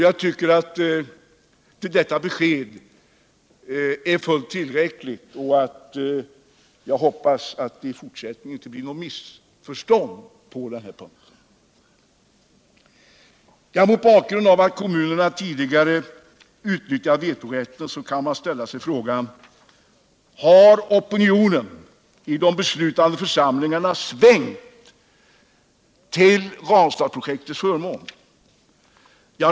Jag tycker att detta besked är fullt tillräckligt, och jag hoppas att det i fortsättningen inte blir något missförstånd på den här punkten. Mot bakgrund av att kommunerna tidigare utnyttjat vetorätten kan man ställa sig frågan: Har opinionen i de beslutande församlingarna svängt till Ranstadsverkets törmån?